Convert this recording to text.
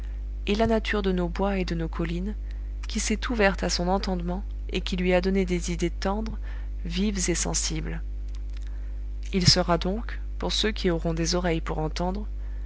et la nature de nos bois et de nos collines qui s'est ouverte à son entendement et qui lui a donné des idées tendres vives et sensibles il sera donc pour ceux qui auront des oreilles pour entendre